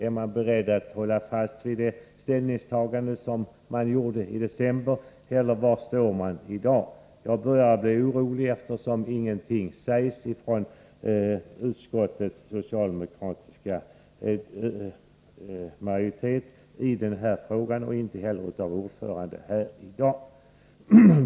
Är man beredd att hålla fast vid det ställningstagande som man gjorde i december, eller var står man i dag? Jag börjar bli orolig, eftersom ingenting sägs i den frågan från utskottets socialdemokratiska majoritet och inte heller av ordföranden här i dag.